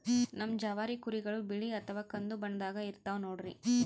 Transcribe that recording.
ನಮ್ ಜವಾರಿ ಕುರಿಗಳು ಬಿಳಿ ಅಥವಾ ಕಂದು ಬಣ್ಣದಾಗ ಇರ್ತವ ನೋಡ್ರಿ